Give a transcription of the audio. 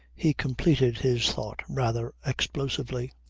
he completed his thought rather explosively.